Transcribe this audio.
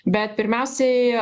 bet pirmiausiai